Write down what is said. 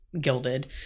gilded